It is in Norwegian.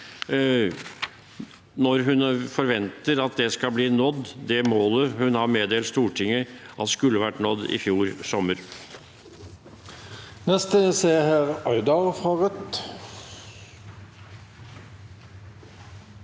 når hun forventer at det målet hun har meddelt Stortinget at skulle vært nådd i fjor sommer,